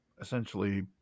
essentially